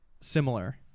similar